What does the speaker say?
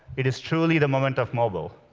it is truly the moment of mobile.